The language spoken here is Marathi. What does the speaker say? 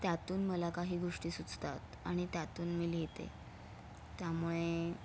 त्यातून मला काही गोष्टी सुचतात आणि त्यातून मी लिहिते त्यामुळे